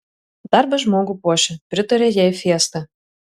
darbas žmogų puošia pritarė jai fiesta